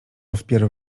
wpierw